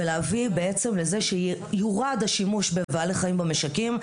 ולהביא בעצם לזה שיורד השימוש בבעלי חיים במשקים,